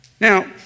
Now